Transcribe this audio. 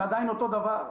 זה אותו הדבר.